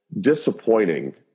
disappointing